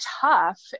tough